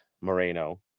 moreno